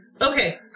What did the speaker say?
Okay